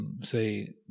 Say